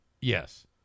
Yes